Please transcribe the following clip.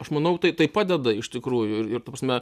aš manau tai tai padeda iš tikrųjų ir ir ta prasme